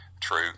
True